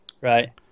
right